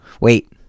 Wait